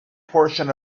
portion